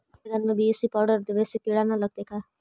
बैगन में BAC powder देबे से किड़ा न लगतै का?